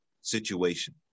situation